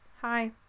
hi